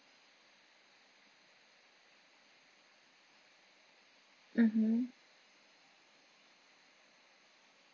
mmhmm